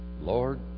Lord